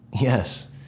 Yes